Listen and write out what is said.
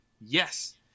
Yes